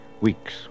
Weeks